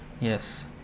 Yes